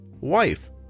wife